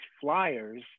flyers